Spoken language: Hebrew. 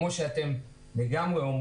כמו שאתם אומרים,